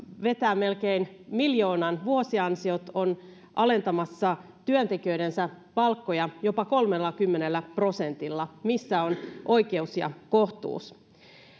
vetää melkein miljoonan vuosiansiot on myös alentamassa työntekijöidensä palkkoja jopa kolmellakymmenellä prosentilla missä on oikeus ja kohtuus